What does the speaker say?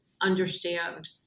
understand